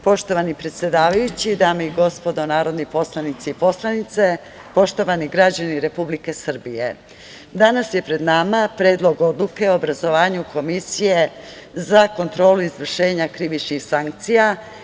Poštovani predsedavajući, dame i gospodo narodni poslanici i poslanice, poštovani građani Republike Srbije, danas je pred nama Predlog odluke o obrazovanju Komisije za kontrolu izvršenja krivičnih sankcija.